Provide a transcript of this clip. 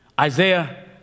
Isaiah